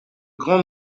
grand